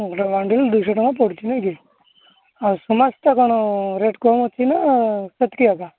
ଗୋଟେ ବାଣ୍ଡୁଲି ଦୁଇଶହ ଟଙ୍କା ପଡ଼ୁଛି ନାଇକି ଆଉ ସମାଜ ଟା କଣ ରେଟ୍ କମ୍ ଅଛି ନା ସେତିକି ଏକା